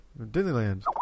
Disneyland